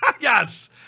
Yes